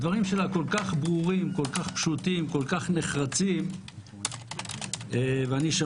הדברים שלה כל כך ברורים, פשוטים ונחרצים, ושמעתי,